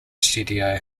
studio